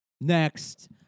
Next